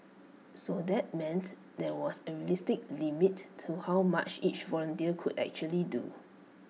so that meant there was A realistic limit to how much each volunteer could actually do